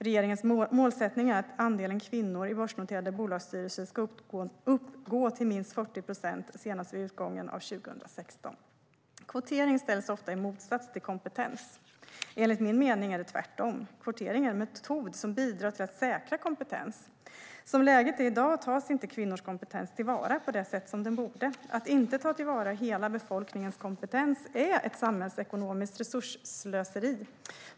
Regeringens målsättning är att andelen kvinnor i börsnoterade bolagsstyrelser ska uppgå till minst 40 procent senast vid utgången av 2016. Kvotering ställs ofta i motsats till kompetens. Enligt min mening är det tvärtom - kvotering är en metod som bidrar till att säkra kompetens i styrelser. Som läget är i dag tas inte kvinnors kompetens till vara på det sätt som den borde. Att inte ta till vara hela befolkningens kompetens är ett samhällsekonomiskt resursslöseri.